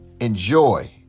enjoy